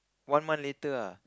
one month later ah